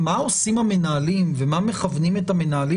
מה עושים המנהלים ומה מכוונים את המנהלים